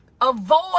Avoid